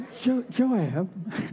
Joab